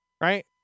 right